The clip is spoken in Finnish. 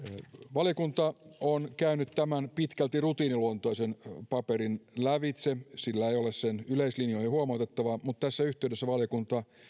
valiokunta on käynyt tämän pitkälti rutiiniluontoisen paperin lävitse ja sillä ei ole sen yleislinjoihin huomautettavaa mutta tässä yhteydessä valiokunta